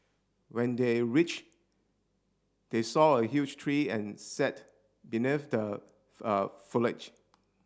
when they reached they saw a huge tree and sat beneath the foliage